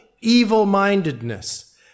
evil-mindedness